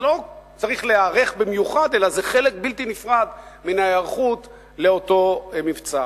לא צריך להיערך במיוחד אלא זה חלק בלתי נפרד מן ההיערכות לאותו מבצע.